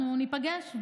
אנחנו ניפגש,